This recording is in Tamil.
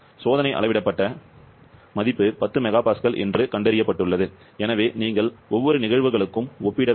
சோதனை அளவிடப்பட்ட மதிப்பு 10 MPa என்று கண்டறியப்பட்டுள்ளது எனவே நீங்கள் ஒவ்வொரு நிகழ்வுகளுக்கும் ஒப்பிட வேண்டும்